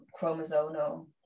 chromosomal